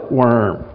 worm